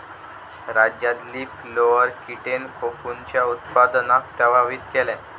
राज्यात leaf roller कीटेन कोकूनच्या उत्पादनाक प्रभावित केल्यान